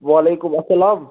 وَعلیکُم اَسلام